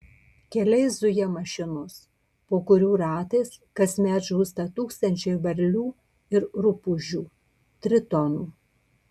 keliais zuja mašinos po kurių ratais kasmet žūsta tūkstančiai varlių ir rupūžių tritonų